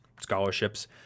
scholarships